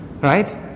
Right